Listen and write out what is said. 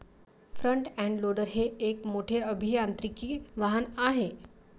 front end loader हे एक मोठे अभियांत्रिकी वाहन आहे